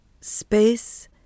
space